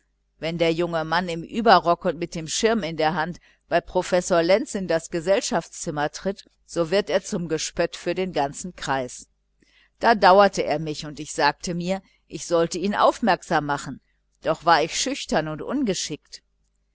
wenn der junge mann im überrock und mit dem schirm in der hand bei professer lenz in den salon tritt so wird er zum gespött für den ganzen kreis da dauerte er mich und ich sagte mir ich sollte ihn aufmerksam machen doch war ich schüchtern und ungeschickt